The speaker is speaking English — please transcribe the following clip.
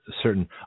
certain